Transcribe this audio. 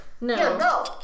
no